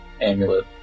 amulet